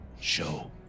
Show